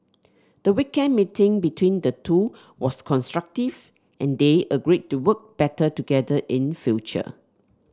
the weekend meeting between the two was constructive and they agreed to work better together in future